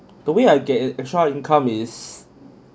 the way I get an extra income is